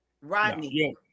Rodney